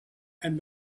and